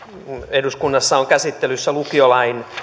eduskunnassa on käsittelyssä lukiolain